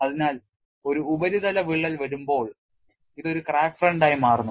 അതിനാൽ ഒരു ഉപരിതല വിള്ളൽ വരുമ്പോൾ ഇത് ഒരു ക്രാക്ക് ഫ്രണ്ടായി മാറുന്നു